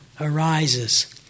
arises